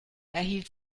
erhielt